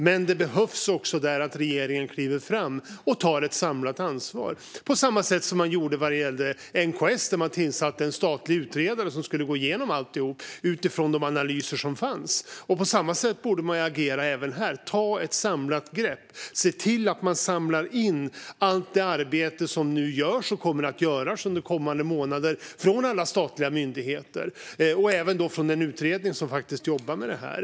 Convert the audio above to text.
Men regeringen behöver också kliva fram och ta ett samlat ansvar på samma sätt som man gjorde när det gällde NKS, då man tillsatte en statlig utredare som skulle gå igenom alltihop utifrån de analyser som fanns. På samma sätt borde regeringen agera även här: Ta ett samlat grepp! Se till att samla in allt det arbete som nu görs och som kommer att göras under kommande månader från alla statliga myndigheter! Det gäller även den utredning som jobbar med det här.